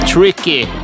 Tricky